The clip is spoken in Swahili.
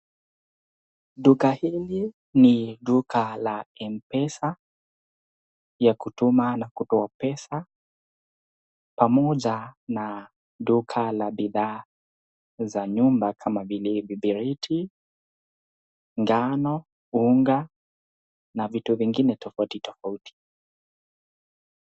Duka hili ni duka la M-Pesa ya kutuma na kutoa pesa pamoja na duka la bidhaa za nyumba kama vile viberiti, ngano, unga na vitu vingine tofauti tofauti.